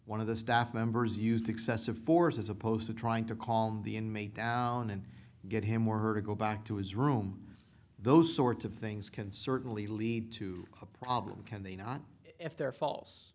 one of the staff members used excessive force as opposed to trying to calm the inmate down and get him or her to go back to his room those sorts of things can certainly lead to a problem can they not if they're fal